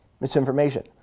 misinformation